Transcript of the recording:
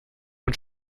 und